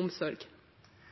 omsorg?